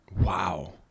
wow